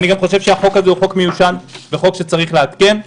אני חושב שהחוק הזה הוא חוק מיושן וצריך לעדכן אותו.